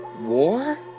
war